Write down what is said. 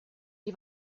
die